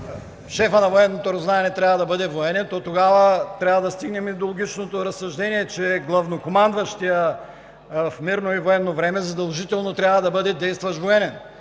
шефът на „Военното разузнаване“ трябва да бъде военен, то тогава трябва да стигнем до логичното разсъждение, че главнокомандващият в мирно и военно време задължително трябва да бъде действащ военен.